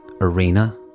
Arena